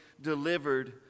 delivered